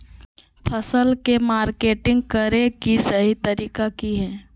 फसल के मार्केटिंग करें कि सही तरीका की हय?